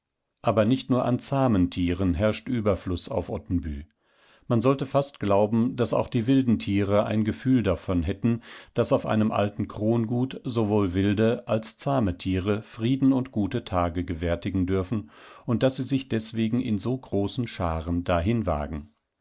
aber nicht nur an zahmen tieren herrscht überfluß auf ottenby man sollte fast glauben daß auch die wilden tiere ein gefühl davon hätten daß auf einem alten krongut sowohl wilde als zahme tiere frieden und gute tage gewärtigen dürfen und daß sie sich deswegen in so großen scharen dahin wagen